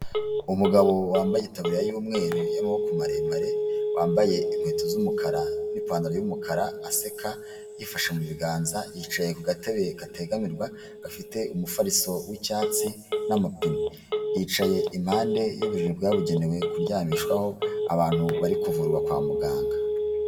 Umugabo wambaye itaburiya y'umweru y'amaboko maremare, wambaye inkweto z'umukara n'ipantaro y'umukara aseka yifashe mu biganza, yicaye ku gatebe kategamirwa gafite umufariso w'icyatsi n'amapine, yicaye impande y'uburiru bwabugenewe kuryamishwaho abantu bari kuvurwa kwa muganga.